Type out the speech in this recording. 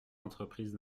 entreprises